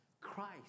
Christ